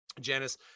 Janice